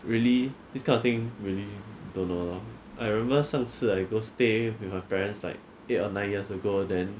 really this kind of thing really don't know I remember 上次 I go stay with her parents like eight or nine years ago then